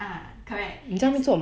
ah correct